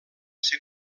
ser